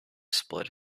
split